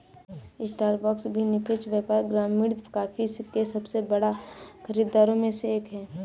Starbucks भी निष्पक्ष व्यापार प्रमाणित कॉफी के सबसे बड़े खरीदारों में से एक है